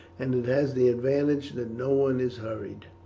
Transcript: and it has the advantage that no one is hurried,